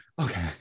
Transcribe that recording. Okay